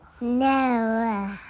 No